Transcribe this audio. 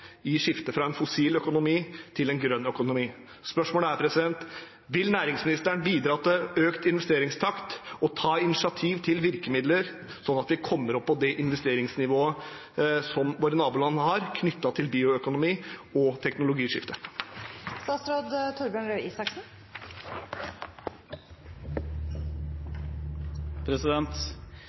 i skiftet fra en fossil økonomi til en grønn økonomi. Spørsmålet er: Vil næringsministeren bidra til økt investeringstakt og ta initiativ til virkemidler, sånn at vi kommer opp på det investeringsnivået som våre naboland har, knyttet til bioøkonomi og teknologiskiftet? Det er ikke mulig for en statsråd